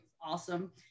awesome